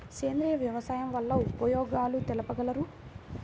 సేంద్రియ వ్యవసాయం వల్ల ఉపయోగాలు తెలుపగలరు?